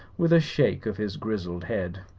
with a shake of his grizzled head.